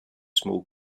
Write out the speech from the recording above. small